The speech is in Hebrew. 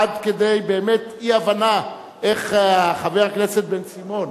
עד כדי באמת אי-הבנה איך חבר הכנסת בן-סימון,